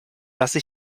lasse